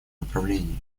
направлении